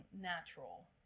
natural